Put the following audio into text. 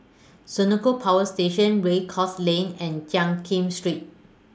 Senoko Power Station Race Course Lane and Jiak Kim Street